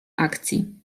akcji